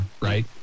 right